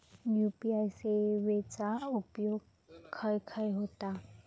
UPI सेवेचा उपयोग खाय खाय होता?